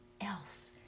else